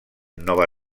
nova